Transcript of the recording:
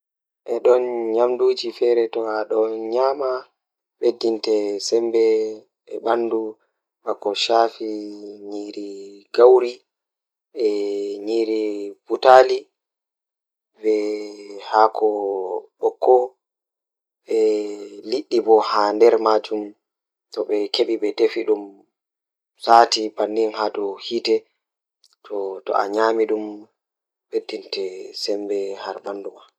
Eɗe njamaaji waɗata faggude waɗude kuyɗe ngam njamaaji rewɓe ngam ngoni haɓɓude nguurndam. Ɓeɗɗo e hoore, ɗum waɗi rewɓe ngam rewɓe waɗa ko protein e iron. Ko rewɓe ngal rewɓe ngam rewɓe waɗa faggude waɗude hayɗo ngal.